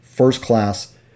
first-class